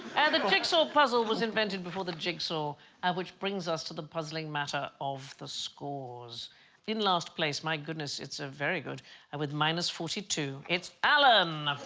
and the jigsaw puzzle was invented before the jigsaw which brings us to the puzzling matter of the scores in last place my goodness. it's a very good and with minus forty two, it's alan